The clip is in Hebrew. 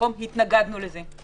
התנגדנו לזה.